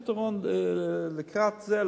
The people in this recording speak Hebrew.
ואחפש פתרון לקראת זה,